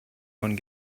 von